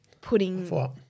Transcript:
putting